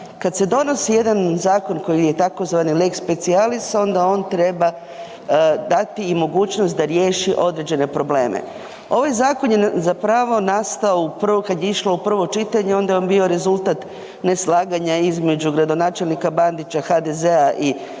Kad se donosi jedan zakon koji je tzv. lex specialis, onda on treba dati i mogućnost da riješi određene probleme. Ovaj zakon je zapravo nastao u prvo, kad je išlo u prvo čitanje, onda je on bio rezultat neslaganja između gradonačelnika Bandića, HDZ-a i resornog